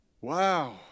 Wow